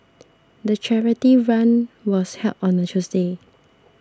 the charity run was held on a Tuesday